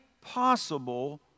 possible